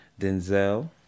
Denzel